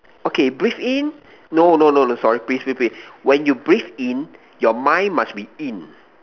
okay breathe in no no no no sorry breathe breathe when you breathe in your mind must be in